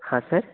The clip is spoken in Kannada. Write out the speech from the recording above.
ಹಾಂ ಸರ್